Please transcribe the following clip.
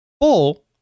full